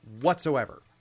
whatsoever